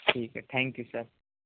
ٹھیک ہے thank you sir